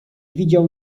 widział